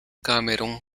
cameron